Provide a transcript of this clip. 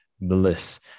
Bliss